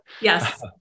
Yes